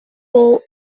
bowl